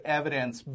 evidence